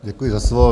Děkuji za slovo.